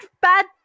bad